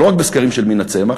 ולא רק בסקרים של מינה צמח,